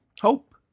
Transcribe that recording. hope